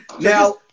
Now